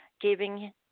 giving